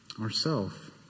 ourself